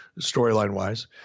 storyline-wise